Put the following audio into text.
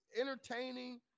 entertaining